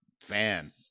fan